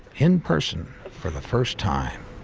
in person for the first time.